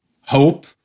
hope